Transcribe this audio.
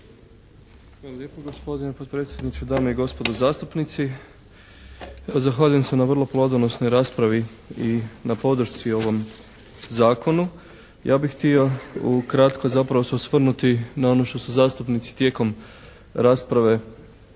Hvala lijepo gospodine potpredsjedniče. Dame i gospodo zastupnici. Zahvaljujem se na vrlo plodonosnoj raspravi i na podršci ovom zakonu. Ja bih htio ukratko zapravo se osvrnuti na ono što su zastupnici tijekom rasprave